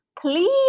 Please